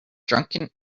drunken